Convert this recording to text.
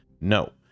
No